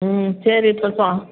ம் சரி